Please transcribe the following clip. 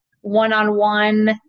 one-on-one